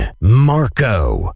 Marco